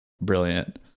brilliant